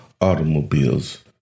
automobiles